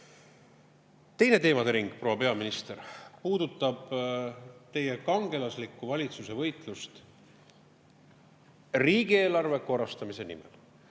teemadering, proua peaminister, puudutab teie kangelasliku valitsuse võitlust riigieelarve korrastamise nimel.